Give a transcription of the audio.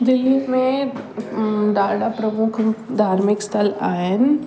दिल्ली में ॾाढा प्रमुख स्थल आहिनि